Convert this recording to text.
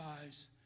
eyes